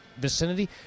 vicinity